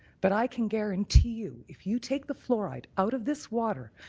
but i can guarantee you, if you take the fluoride out of this water,